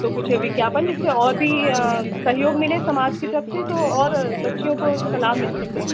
तो कुछ विज्ञापन जिससे और भी सहयोग मिले समाज की तरफ से तो और बच्चियों उसका लाभ मिल सके